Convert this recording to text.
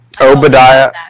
Obadiah